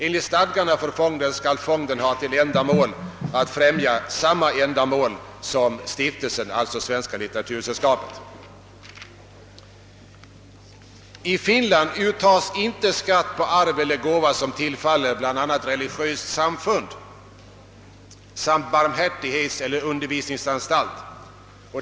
Enligt stadgarna för fonden skall den främja samma ändamål som stiftelsen Svenska litteratursällskapet i Finland. I Finland uttas inte skatt på arv eller gåva, som tillfaller bl.a. religiöst samfund samt barmhärtighetseller undervisningsanstalt.